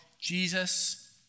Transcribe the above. Jesus